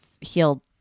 healed